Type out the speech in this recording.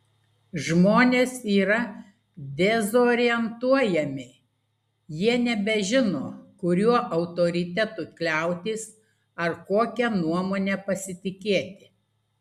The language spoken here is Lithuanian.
žmonės yra dezorientuojami jie nebežino kuriuo autoritetu kliautis ar kokia nuomone pasitikėti